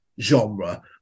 genre